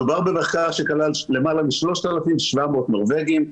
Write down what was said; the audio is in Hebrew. מדובר במחקר שכלל למעלה מ-3,700 נורבגים,